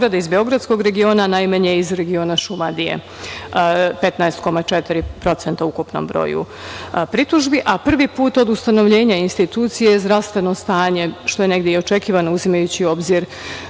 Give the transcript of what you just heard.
iz beogradskog regiona, a najmanje iz regiona Šumadije, 15,4% u ukupnom broju pritužbi, a prvi put od ustanovljenja institucije je zdravstveno stanje, što je negde i očekivano, uzimajući u obzir